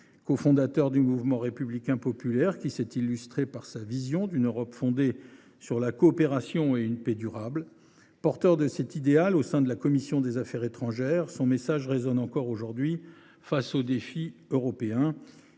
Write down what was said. Cofondateur du Mouvement républicain populaire (MRP), celui ci s’est illustré par sa vision d’une Europe fondée sur la coopération et une paix durable. Il a porté haut cet idéal au sein de la commission des affaires étrangères, et son message résonne encore à l’aune des défis européens